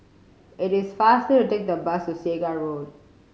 it is faster to take the bus to Segar Road